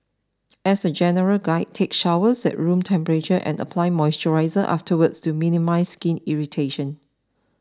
as a general guide take showers at room temperature and apply moisturiser afterwards to minimise skin irritation